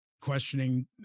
questioning